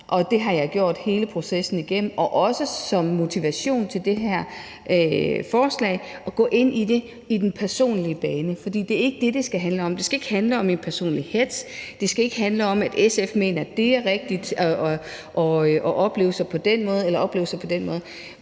og det har jeg gjort hele processen igennem og også brugt som motivation til det her forslag, at gå ind i det i den personlige bane, fordi det ikke er det, det skal handle om. Det skal ikke handle om en personlig hetz. Det skal ikke handle om, at SF mener, at dét er rigtigt, og om oplevelser på den ene måde eller på den anden måde.